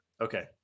Okay